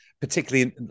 particularly